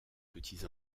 petits